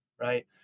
right